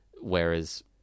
Whereas